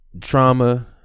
trauma